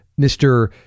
Mr